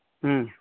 ᱦᱮᱸ